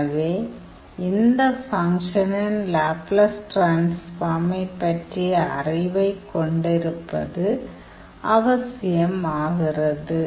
எனவே இந்த ஃபங்க்ஷனின் லேப்லஸ் டிரான்ஸ்ஃபார்மை பற்றிய அறிவைக் கொண்டிருப்பது அவசியம் ஆகிறது